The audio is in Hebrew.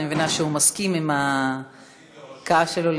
אני מבינה שהוא מסכים עם הקו של העולים.